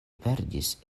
perdis